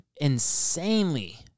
insanely